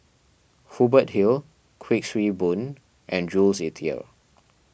Hubert Hill Kuik Swee Boon and Jules Itier